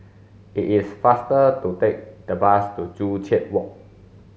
it is faster to take the bus to Joo Chiat Walk